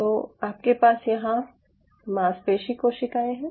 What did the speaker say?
तो आपके पास यहाँ मांसपेशी कोशिकाएं हैं